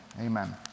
amen